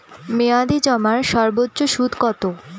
মেয়াদি জমার সর্বোচ্চ সুদ কতো?